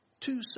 two